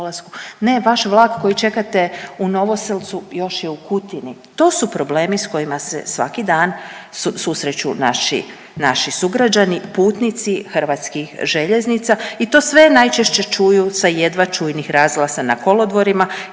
ne, vaš vlak koji čekate u Novoselcu još je u Kutini, to su problemi s kojima se svaki dan susreću naši sugrađani, putnici HŽ-a i to sve najčešće čuju sa jedva čujnih razglasa na kolodvorima